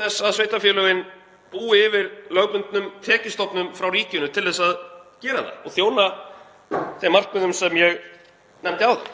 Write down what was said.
þess að sveitarfélögin búi yfir lögbundnum tekjustofnum frá ríkinu til að gera það og þjóna þeim markmiðum sem ég nefndi áður.